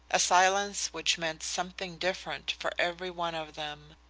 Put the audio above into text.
a silence which meant something different for every one of them.